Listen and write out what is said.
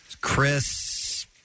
Chris